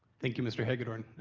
thank you mr. hagedorn.